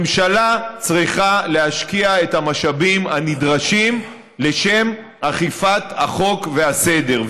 ממשלה צריכה להשקיע את המשאבים הנדרשים לשם אכיפת החוק והסדר.